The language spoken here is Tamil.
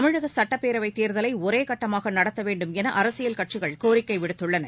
தமிழக சட்டப்பேரவைத் தேர்தலை ஒரே கட்டமாக நடத்த வேண்டும் என அரசியல் கட்சிகள் கோரிக்கை விடுத்துள்ளன